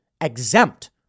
exempt